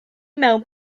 mewn